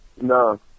no